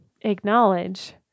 acknowledge